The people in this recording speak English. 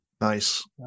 Nice